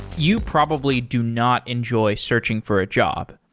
you probably do not enjoy searching for a job.